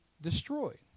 destroyed